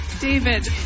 David